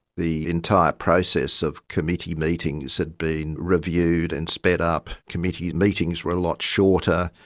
the entire process of committee meetings had been reviewed and sped up. committee meetings were a lot shorter,